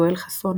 יואל חסון